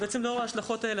לאור ההשלכות האלה,